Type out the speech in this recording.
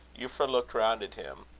euphra looked round at him,